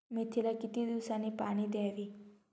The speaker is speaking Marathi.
मेथीला किती दिवसांनी पाणी द्यावे?